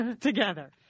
together